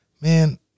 man